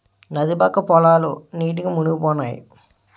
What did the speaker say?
నది పక్క పొలాలు నీటికి మునిగిపోనాయి